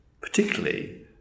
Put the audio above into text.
particularly